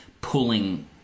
pulling